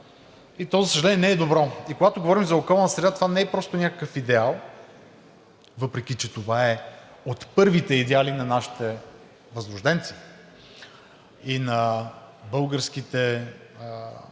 и то, за съжаление, не е добро. Когато говорим за околна среда, това не е просто някакъв идеал, въпреки че това е от първите идеали на нашите възрожденци, на освободителите,